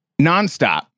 nonstop